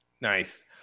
Nice